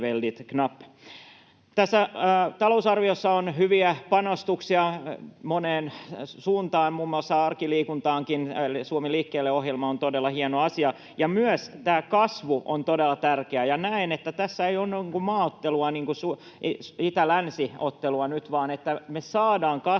Tässä talousarviossa on hyviä panostuksia moneen suuntaan, muun muassa arkiliikuntaankin. Suomi liikkeelle ‑ohjelma on todella hieno asia. Myös kasvu on todella tärkeää, ja näen, että tässä ei ole nyt maaottelua, itä—länsi-ottelua, vaan että me saadaan kasvua